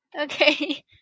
Okay